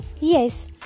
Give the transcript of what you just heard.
Yes